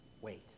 wait